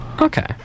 Okay